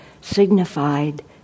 signified